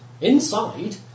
Inside